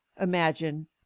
imagine